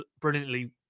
brilliantly